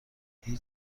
هیچ